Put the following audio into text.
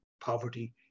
poverty